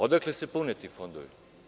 Odakle se pune ti fondovi?